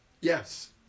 Yes